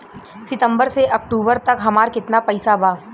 सितंबर से अक्टूबर तक हमार कितना पैसा बा?